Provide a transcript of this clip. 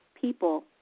people